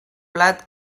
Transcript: plat